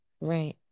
right